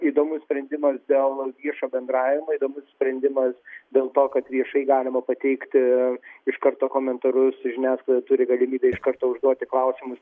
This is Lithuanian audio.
įdomus sprendimas dėl viešo bendravimo įdomus sprendimas dėl to kad viešai galima pateikti iš karto komentarus žiniasklaida turi galimybę iš karto užduoti klausimus